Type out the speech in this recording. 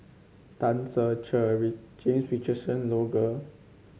Tan Ser Cher James Richardson Logan